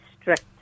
strict